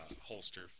holster